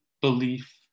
belief